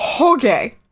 okay